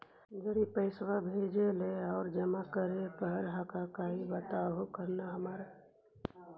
जड़ी पैसा भेजे ला और की जमा करे पर हक्काई बताहु करने हमारा?